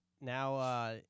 now